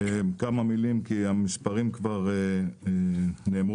כמה מילים כי המספרים כבר נאמרו,